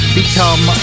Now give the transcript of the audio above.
become